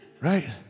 right